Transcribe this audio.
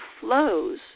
flows